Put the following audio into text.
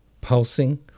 pulsing